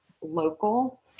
local